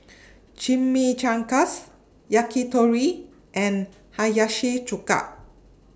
Chimichangas Yakitori and Hiyashi Chuka